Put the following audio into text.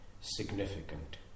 significant